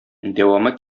дәвамы